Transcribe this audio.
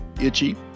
itchy